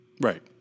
Right